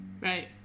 right